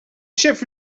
chef